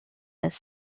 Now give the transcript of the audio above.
his